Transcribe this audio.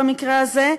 במקרה הזה,